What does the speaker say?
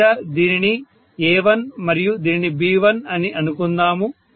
బహుశా దీనిని A1 మరియు దీనిని B1 అని అనుకుందాము